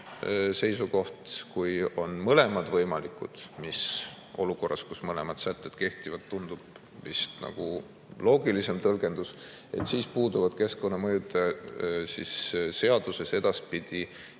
seisukoht, kui on mõlemad võimalikud – mis olukorras, kus mõlemad sätted kehtivad, tundub vist nagu loogilisema tõlgendusena –, siis puuduvad keskkonnamõju seaduses edaspidi